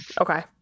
okay